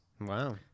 Wow